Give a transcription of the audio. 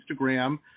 instagram